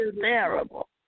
terrible